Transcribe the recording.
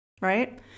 right